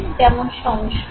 যেমন সংস্কৃতি